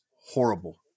horrible